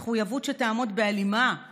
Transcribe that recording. מחויבות שתעמוד בהלימה עם